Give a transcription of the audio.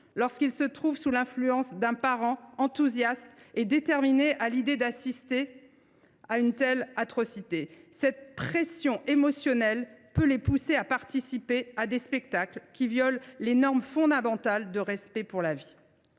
lorsqu’ils se trouvent sous l’influence d’un parent enthousiaste et déterminé à l’idée d’assister à une telle atrocité ? Cette pression émotionnelle peut les pousser à participer à des spectacles qui violent les normes fondamentales fondant le respect pour la vie.